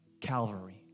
Calvary